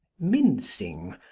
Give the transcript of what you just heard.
mincing,